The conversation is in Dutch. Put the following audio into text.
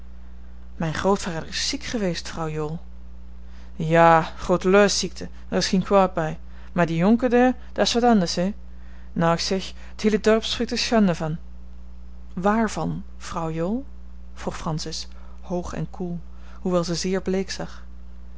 mijn grootvader is ziek geweest vrouw jool ja grooteluisziekte deer is gien kwoad bij mear die jonker deer dats wat anders hé nou ik zeg het hiele dorp spreekt er schande van waarvan vrouw jool vroeg francis hoog en koel hoewel ze zeer bleek zag